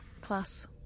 Class